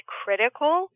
critical